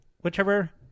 whichever